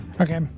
Okay